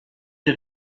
des